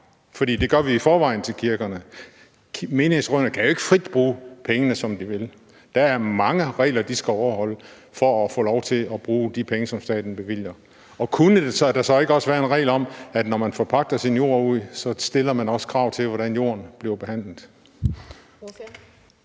For det gør vi i forvejen til kirkerne. Menighedsrådene kan jo ikke frit bruge pengene, som de vil. Der er mange regler, de skal overholde for at få lov til at bruge de penge, som staten bevilger. Og kunne der så ikke også være en regel om, at når man forpagter sin jord ud, stiller man også krav til, hvordan jorden bliver behandlet?